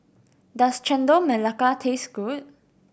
does Chendol Melaka taste good